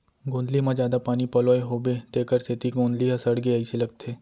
गोंदली म जादा पानी पलोए होबो तेकर सेती गोंदली ह सड़गे अइसे लगथे